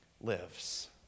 lives